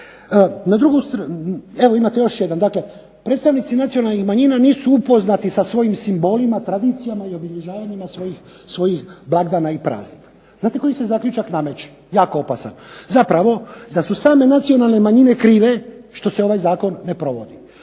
egzistencija. Evo imate još jedan. Dakle, predstavnici nacionalnih manjina nisu upoznati sa svojim simbolima, tradicijama i obilježavanjima svojih blagdana i praznika. Znate koji se zaključak nameće? Jako opasan. Zapravo da su same nacionalne manjine krive što se ovaj zakon ne provodi.